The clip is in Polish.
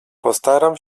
postaram